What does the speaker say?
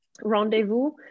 Rendezvous